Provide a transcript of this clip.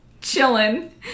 chilling